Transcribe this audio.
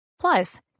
Plus